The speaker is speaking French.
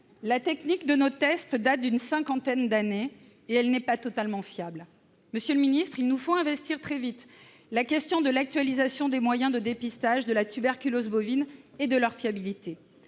la technique de nos tests date d'une cinquantaine d'années, et elle n'est pas totalement fiable. Monsieur le ministre, il nous faut investir très vite la question de l'actualisation des moyens de dépistage de la tuberculose bovine et de leur fiabilité.